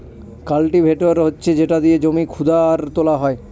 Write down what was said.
cultivator হচ্ছে যেটা দিয়ে জমি খুদা আর তোলা হয়